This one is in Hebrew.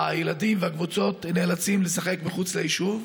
הילדים והקבוצות נאלצים לשחק מחוץ ליישוב.